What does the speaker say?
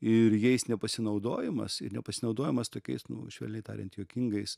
ir jais nepasinaudojimas ir nepasinaudojimas tokiais nu švelniai tariant juokingais